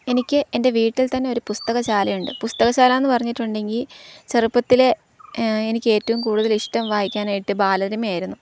എനിക്ക് എൻ്റെ വീട്ടിൽ തന്നെ ഒരു പുസ്തകശാലയുണ്ട് പുസ്തകശാലയെന്നു പറഞ്ഞിട്ടുണ്ടെങ്കില് ചെറുപ്പത്തിലേ എനിക്കേറ്റവും കൂടുതൽ ഇഷ്ടം വായിക്കാനായിട്ട് ബാലരമയായിരുന്നു